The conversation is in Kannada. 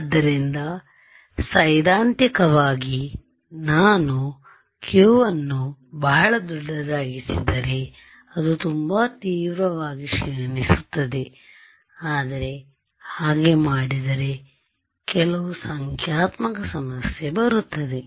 ಆದ್ದರಿಂದ ಸೈದ್ಧಾಂತಿಕವಾಗಿ ನಾನು q ಅನ್ನು ಬಹಳ ದೊಡ್ಡದಾಗಿಸಿದರೆ ಅದು ತುಂಬಾ ತೀವ್ರವಾಗಿ ಕ್ಷೀಣಿಸುತ್ತದೆ ಆದರೆ ಹಾಗೆ ಮಾಡಿದರೆ ಕೆಲವು ಸಂಖ್ಯಾತ್ಮಕ ಸಮಸ್ಯೆ ಬರುತ್ತದೆ